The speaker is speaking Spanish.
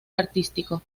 artístico